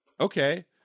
okay